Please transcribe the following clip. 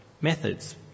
methods